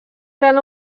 gran